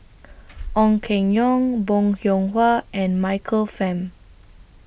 Ong Keng Yong Bong Hiong Hwa and Michael Fam